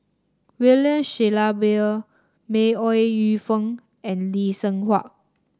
William Shellabear May Ooi Yu Fen and Lee Seng Huat